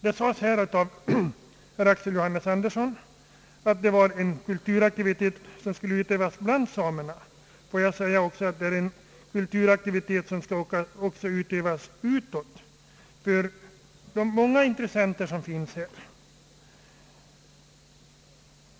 Det sades här av herr Axel Johannes Andersson, att det var en kulturaktivitet som skulle utövas bland samerna. Det är också en aktivitet som skall utövas utåt, för de många intressenter här som finns.